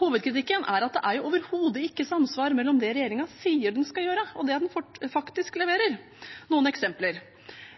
Hovedkritikken er at det overhodet ikke er samsvar mellom det regjeringen sier den skal gjøre, og det den faktisk leverer. Noen eksempler: